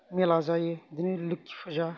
मेला जायो बिदिनो लोखि फुजा